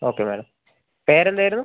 okay madam പേരെന്തായിരുന്നു